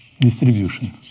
distribution